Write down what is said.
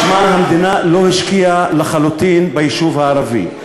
משמע המדינה לא השקיעה לחלוטין ביישוב הערבי.